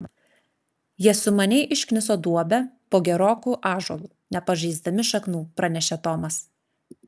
jie sumaniai iškniso duobę po geroku ąžuolu nepažeisdami šaknų pranešė tomas